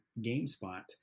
GameSpot